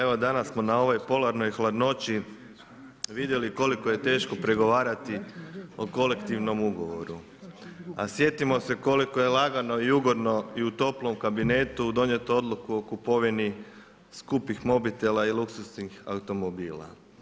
Evo danas smo na ovoj polarnoj hladnoći vidjeli koliko je teško pregovarati o kolektivnom ugovoru a sjetimo se koliko je lagano i ugodno i u toplom kabinetu donijeti odluku o kupovini skupih mobitela i luksuznih automobila.